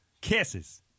Kisses